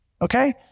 okay